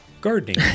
gardening